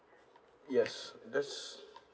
yes that's